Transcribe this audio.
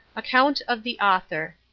account of the author.